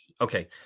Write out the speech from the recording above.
okay